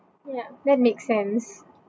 ya that makes sense